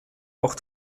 auch